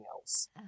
else